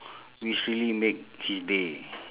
which really make his day